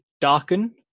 darken